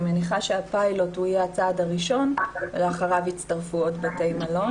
אני מניחה שהפיילוט יהיה הצעד הראשון ואחריו יצטרפו עוד בתי מלון.